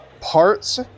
parts